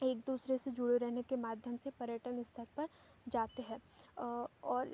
एक दूसरे से जुड़े रहने से माध्यम से पर्यटन स्थल पर जाते हैं और